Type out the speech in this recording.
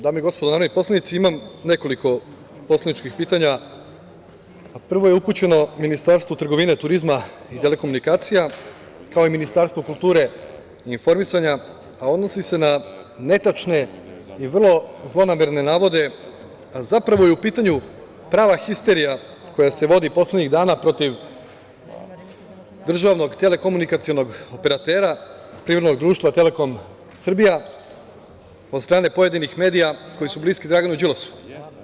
Dame i gospodo narodni poslanici, imam nekoliko poslaničkih pitanja, a prvo je upućeno Ministarstvu trgovine i turizma i telekomunikacija, kao i Ministarstvu kulture i informisanja, a odnosi se na netačne i vrlo zlonamerne navode, a zapravo je u pitanju prava histerija koja se vodi poslednjih dana protiv državnog telekomunikacionog operatera, privrednog društva „Telekom Srbija“, od strane pojedinih medija koji su bliski Draganu Đilasu.